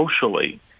socially